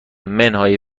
منهای